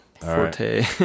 forte